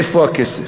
איפה הכסף?